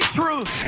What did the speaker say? truth